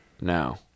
now